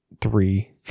three